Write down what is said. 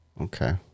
Okay